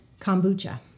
kombucha